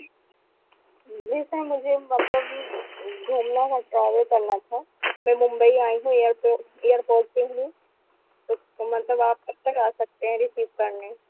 جی sir مجھے مطلب گھومنا ہے ٹریول کرنا تھا میں ممبئی آئی ہوں ایئر ایئر پورٹ پہ ہوں تو مطلب آپ کب تک آ سکتے ہیں ریسیو کرنے